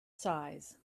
size